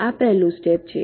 આ પહેલું સ્ટેપ છે